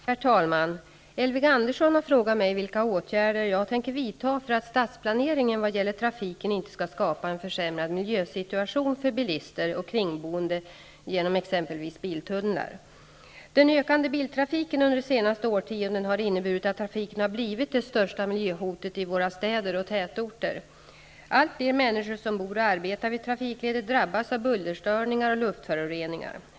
Herr talman! Elving Andersson har frågat mig vilka åtgärder jag tänker vidta för att stadsplaneringen vad gäller trafiken inte skall skapa en försämrad miljösituation för bilister och kringboende genom exempelvis biltunnlar. Den ökande biltrafiken under senare årtionden har inneburit att trafiken har blivit det största miljöhotet i våra städer och tätorter. Allt fler människor som bor och arbetar vid trafikleder drabbas av bullerstörningar och luftföroreningar.